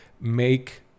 make